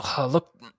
Look